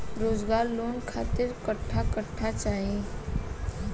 रोजगार लोन खातिर कट्ठा कट्ठा चाहीं?